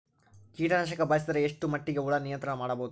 ಕೀಟನಾಶಕ ಬಳಸಿದರ ಎಷ್ಟ ಮಟ್ಟಿಗೆ ಹುಳ ನಿಯಂತ್ರಣ ಮಾಡಬಹುದು?